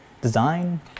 design